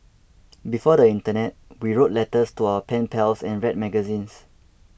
before the internet we wrote letters to our pen pals and read magazines